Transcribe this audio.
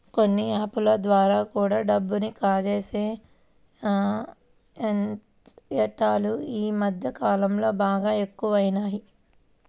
కొన్ని యాప్ ల ద్వారా కూడా డబ్బుని కాజేసే ముఠాలు యీ మద్దె కాలంలో బాగా ఎక్కువయినియ్